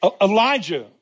Elijah